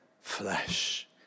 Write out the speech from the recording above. flesh